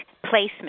placement